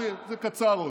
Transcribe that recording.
תן לי, זה קצר עוד.